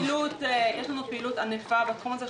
יש לנו פעילות ענפה בתחום הזה.